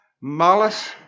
Malice